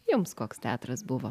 jums koks teatras buvo